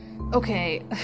Okay